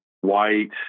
white